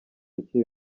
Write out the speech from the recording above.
akiri